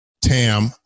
Tam